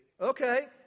Okay